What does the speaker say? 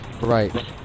Right